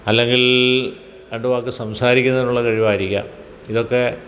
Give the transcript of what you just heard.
അല്ലെങ്കിൽ രണ്ട് വാക്ക് സംസാരിക്കുന്നതിനുള്ള കഴിവായിരിക്കാം ഇതൊക്കെ